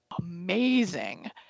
amazing